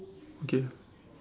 okay